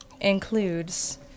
includes